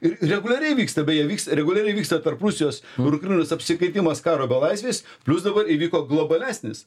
ir reguliariai vyksta beje vyks reguliariai vyksta tarp rusijos ir ukrainos apsikeitimas karo belaisviais plius dabar įvyko globalesnis